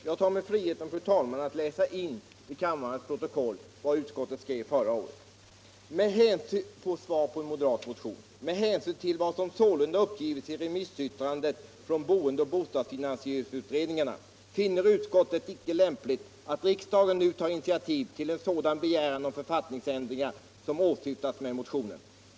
Jag tar mig friheten, fru talman, att läsa in i kammarens protokoll vad utskottet skrev förra året som svar på en moderatmotion: ”Med hänsyn till vad som sålunda uppgivits i remissyttrandet från boendeoch bostadsfinansieringsutredningarna finner utskottet det inte lämpligt att riksdagen nu tar initiativ till en sådan begäran om författningsändringar som åsyftas med motionen.